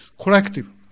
collective